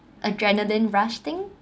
adrenaline rush thing